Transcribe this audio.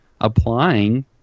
applying